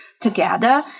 together